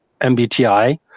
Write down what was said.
MBTI